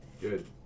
Good